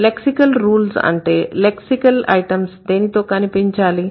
lexical rules అంటే lexical items దేనితో కనిపించాలి